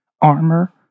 armor